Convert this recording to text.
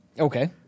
Okay